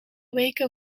weken